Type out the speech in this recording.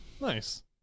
Nice